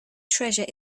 treasure